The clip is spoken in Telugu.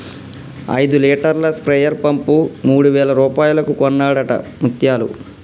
ఐదు లీటర్ల స్ప్రేయర్ పంపు మూడు వేల రూపాయలకు కొన్నడట ముత్యాలు